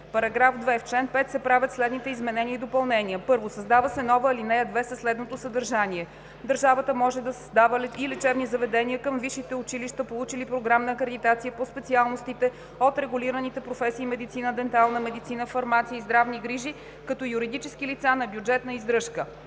2“. § 2. В чл. 5 се правят следните изменения и допълнения: 1. Създава се нова ал. 2 със следното съдържание: „Държавата може да създава и лечебни заведения към висшите училища, получили програмна акредитация по специалностите от регулираните професии „медицина“, „дентална медицина“, „фармация“ и „здравни грижи“ като юридически лица на бюджетна издръжка.“